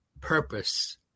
purpose